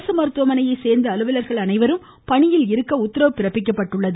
அரசு மருத்துவமனையை சேர்ந்த அலுவலர்கள் அனைவரும் பணியில் இருக்க வேண்டும் என உத்தரவு பிறப்பிக்கப்பட்டுள்ளது